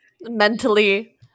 Mentally